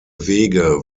wege